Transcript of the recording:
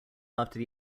after